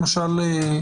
למשל,